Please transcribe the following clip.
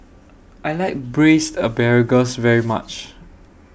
I like Braised Asparagus very much